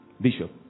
Bishop